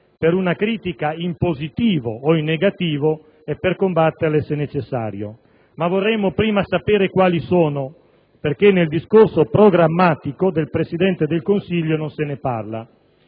per una critica (in positivo o in negativo) e, se necessario, per combatterle. Tuttavia, vorremmo prima sapere quali sono, perché nel discorso programmatico del Presidente del Consiglio non se ne parla.